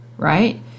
right